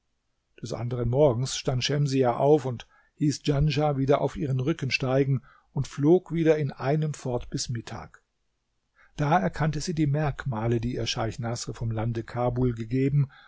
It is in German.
des anderen morgens stand schemsiah auf und hieß djanschah wieder auf ihren rücken steigen und flog wieder in einem fort bis mittag da erkannte sie die merkmale die ihr scheich naßr vom lande kabul gegeben